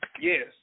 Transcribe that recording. yes